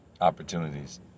opportunities